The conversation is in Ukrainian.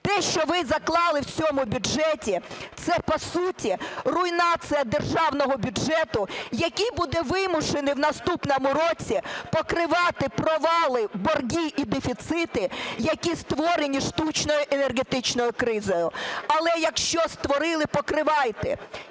Те, що ви заклали в цьому бюджеті, це по суті руйнація державного бюджету, який буде вимушений в наступному році покривати провали, борги і дефіцити, які створені штучно енергетичною кризою. Але якщо створили, покривайте.